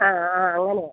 ആ ആ അങ്ങനെ